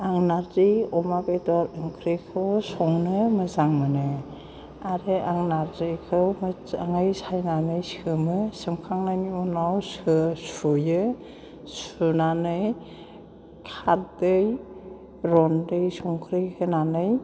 आं नारजि अमा बेदर ओंख्रिखौ संनो मोजां मोनो आरो आं नारजिखौ सायनानै सोमो सोमखांनायनि उनाव सो सुयो सुनानै खारदै रन्दै संख्रि होनानै